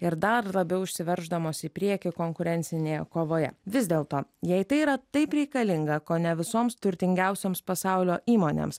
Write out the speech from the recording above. ir dar labiau išsiverždamos į priekį konkurencinėje kovoje vis dėlto jei tai yra taip reikalinga kone visoms turtingiausioms pasaulio įmonėms